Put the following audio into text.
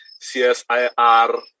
CSIR